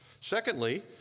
secondly